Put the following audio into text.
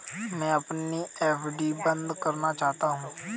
मैं अपनी एफ.डी बंद करना चाहता हूँ